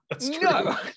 No